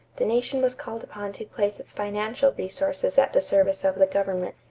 the nation was called upon to place its financial resources at the service of the government.